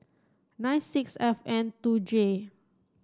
nine six F N two J